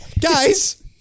Guys